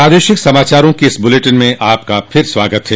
प्रादेशिक समाचारों के इस बुलेटिन में आपका फिर से स्वागत है